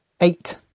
eight